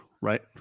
right